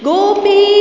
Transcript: Gopi